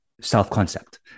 self-concept